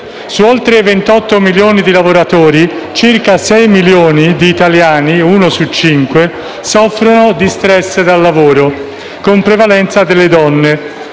Su oltre 28 milioni di lavoratori, circa 6 milioni di italiani - uno su cinque - soffrono di *stress* da lavoro, con prevalenza delle donne.